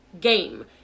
game